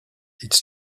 its